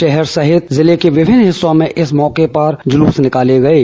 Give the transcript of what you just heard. राहर सहित जिले के विभिन्न हिस्सों में इस मौके पर जुलूस निकाले गये